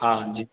हाँ जी